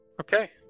okay